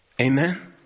Amen